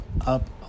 up